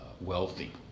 wealthy